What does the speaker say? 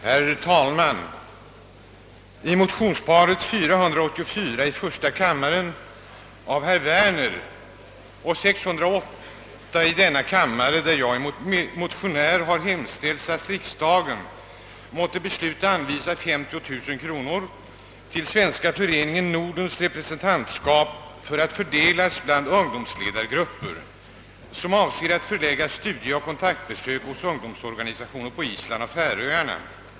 Herr talman! I motionsparet 484 i första kammaren av herr Werner och nr 608 i denna kammare, där jag är motionär, har hemställts »att riksdagen måtte besluta anvisa 50 000 kronor till svenska Föreningen Nordens representantskap att fördelas bland ungdomsledargrupper som avser att förlägga studieoch kontaktbesök hos ungdomsorganisationer på Island och Färöarna».